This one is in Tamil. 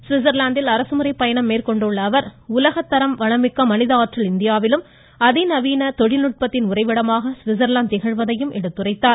சுவிட்சர்லாந்தில் அரசுமுறைப் பயணம் மேற்கொண்டுள்ள அவர் உலகத் தர வளமிக்க மனித ஆற்றல் இந்தியாவிலும் அதிநவீன தொழில்நுட்பத்தின் உறைவிடமாக சுவிட்சர்லாந்து திகழ்வதையும் எடுத்துரைத்தார்